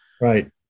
Right